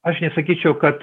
aš nesakyčiau kad